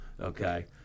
Okay